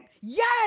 Yes